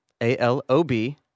A-L-O-B